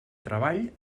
treball